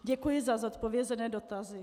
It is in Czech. Děkuji za zodpovězené dotazy.